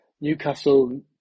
Newcastle